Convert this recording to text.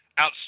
out